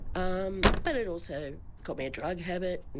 um but it also got me a drug habit